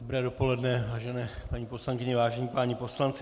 Dobré dopoledne, vážené paní poslankyně, vážení páni poslanci.